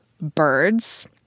birds